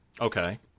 Okay